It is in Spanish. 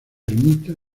ermita